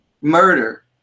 murder